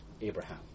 Abraham